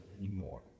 anymore